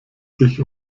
sich